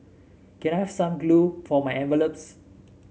can I have some glue for my envelopes